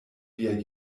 viaj